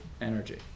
energy